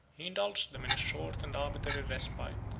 he indulged them in a short and arbitrary respite,